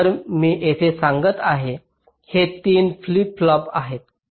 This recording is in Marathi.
तर मी येथे सांगत आहे हे 3 फ्लिप फ्लॉप आहेत